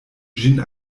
ĝin